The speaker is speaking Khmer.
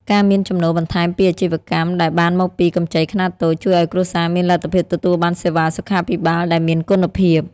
ការមានចំណូលបន្ថែមពីអាជីវកម្មដែលបានមកពីកម្ចីខ្នាតតូច ជួយឱ្យគ្រួសារមានលទ្ធភាពទទួលបានសេវាសុខាភិបាលដែលមានគុណភាព។